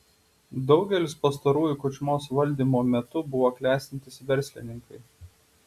daugelis pastarųjų kučmos valdymo metu buvo klestintys verslininkai